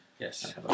Yes